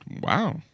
Wow